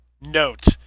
Note